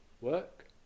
work